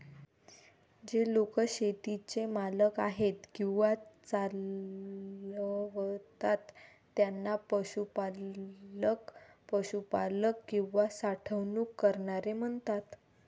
जे लोक शेतीचे मालक आहेत किंवा चालवतात त्यांना पशुपालक, पशुपालक किंवा साठवणूक करणारे म्हणतात